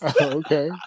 Okay